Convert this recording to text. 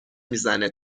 میزنه